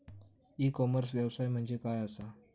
E commerce व्यवसाय म्हणजे काय असा?